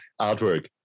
artwork